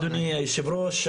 אדוני היושב-ראש,